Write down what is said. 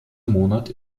monat